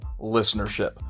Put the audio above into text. listenership